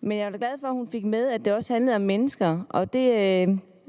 men jeg er glad for, at ordføreren fik med, at det også handler om mennesker.